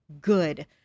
good